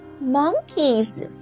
Monkeys